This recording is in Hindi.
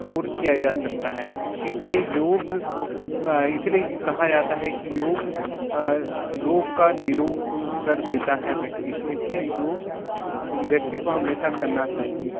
दूर किया जा सकता है इसलिए योग इसलिए कहा जाता है कि योग रोग का निरोग हो कर देता है व्यक्ति को इसलिए योग हम व्यक्ति को हमेशा करना चाहिए